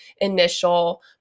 initial